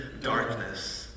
darkness